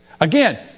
Again